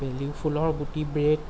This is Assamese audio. বেলি ফুলৰ গুটিৰ ব্ৰেড